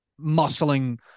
muscling